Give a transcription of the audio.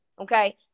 Okay